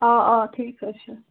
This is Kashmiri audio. آ آ ٹھیٖک حَظ چھُ